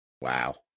wow